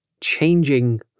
changing